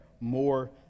more